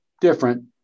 different